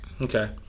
okay